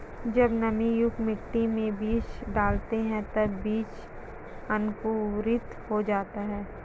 जब नमीयुक्त मिट्टी में बीज डालते हैं तब बीज अंकुरित हो जाता है